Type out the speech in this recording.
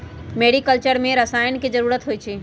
mariculture में रसायन के जरूरत होई छई